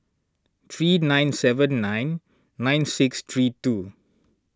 three nine seven nine nine six three two